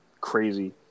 Crazy